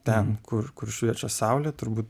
ten kur kur šviečia saulė turbūt